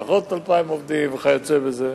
פחות 2,000 עובדים וכיוצא בזה.